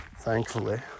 thankfully